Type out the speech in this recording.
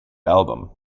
album